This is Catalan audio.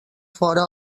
fora